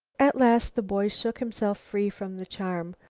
at last the boy shook himself free from the charm.